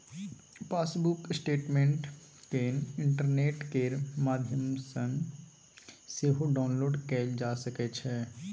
passbook statement केँ internet केर माध्यमसँ सेहो डाउनलोड कएल जा सकै छै